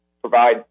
provide